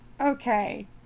Okay